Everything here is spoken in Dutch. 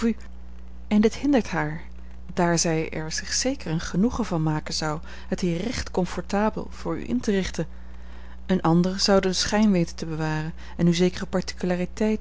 en dit hindert haar daar zij er zich zeker een genoegen van maken zou het hier recht comfortable voor u in te richten eene andere zou den schijn weten te bewaren en u zekere